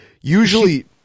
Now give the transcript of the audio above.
usually